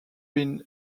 been